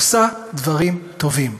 עושה דברים טובים.